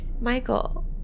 Michael